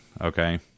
Okay